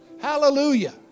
Hallelujah